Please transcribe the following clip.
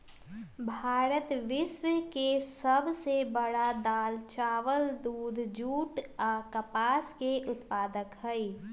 भारत विश्व के सब से बड़ दाल, चावल, दूध, जुट आ कपास के उत्पादक हई